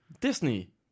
Disney